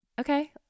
Okay